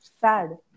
sad